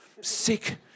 sick